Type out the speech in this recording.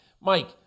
Mike